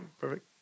perfect